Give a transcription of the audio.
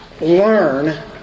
learn